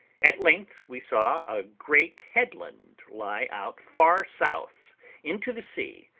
at length we saw a great headland lie out far south into the sea,